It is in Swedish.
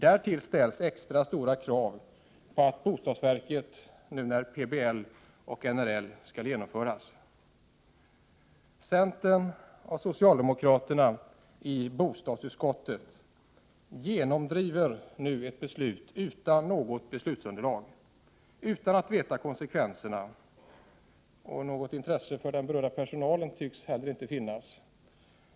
Därtill ställs extra stora krav på bostadsverket nu när PBL och NRL skall genomföras. Centern och socialdemokraterna i bostadsutskottet genomdriver nu ett beslut utan något beslutsunderlag, utan att veta konsekvenserna. Något intresse för den berörda personalen tycks heller inte finnas.